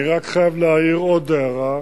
אני רק חייב להעיר עוד הערה: